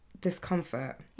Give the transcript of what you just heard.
discomfort